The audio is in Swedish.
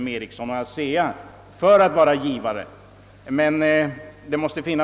M. Ericsson eller ASEA för att vara givare.